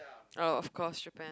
oh of course Japan